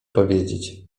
powiedzieć